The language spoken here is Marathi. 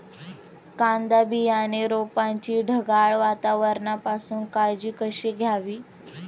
कांदा बियाणे रोपाची ढगाळ वातावरणापासून काळजी कशी घ्यावी?